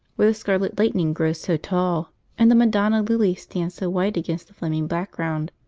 where the scarlet lightning grows so tall and the madonna lilies stand so white against the flaming background.